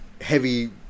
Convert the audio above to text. heavy